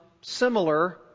similar